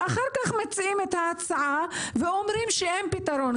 אחר כך מציעים את ההצעה ואומרים שאין פתרון.